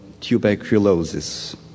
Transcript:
tuberculosis